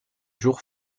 jours